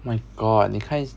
my god 你看